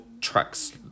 tracks